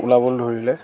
ওলাবলৈ ধৰিলে